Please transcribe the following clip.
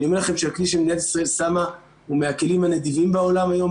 אני אומר שהכלי שמדינת ישראל שמה הוא מהכלים הנדיבים בעולם היום